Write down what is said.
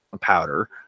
powder